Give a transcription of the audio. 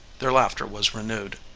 their laughter was renewed.